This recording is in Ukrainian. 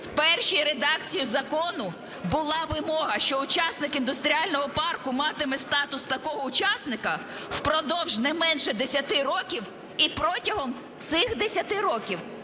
в першій редакції закону була вимога, що учасник індустріального парку матиме статус такого учасника впродовж не менше 10 років і протягом цих 10 років.